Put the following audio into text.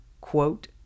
quote